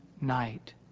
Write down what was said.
night